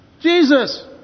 Jesus